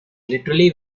literally